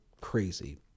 crazy